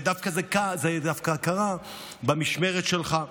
ודווקא זה קרה במשמרת שלך,